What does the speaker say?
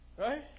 Right